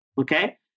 Okay